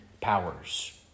powers